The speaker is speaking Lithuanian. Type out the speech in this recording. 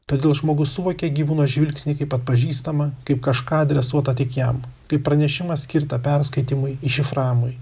todėl žmogus suvokia gyvūno žvilgsnį kaip atpažįstamą kaip kažką dresuotą tik jam kaip pranešimą skirtą perskaitymui iššifravimui